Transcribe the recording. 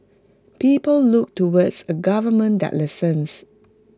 people look towards A government that listens